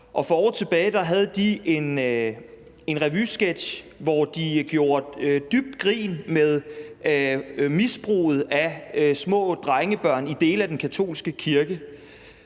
og for år tilbage havde de en revysketch, hvor de gjorde dybt grin med misbruget af små drengebørn i dele af den katolske kirke.